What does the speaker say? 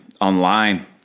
online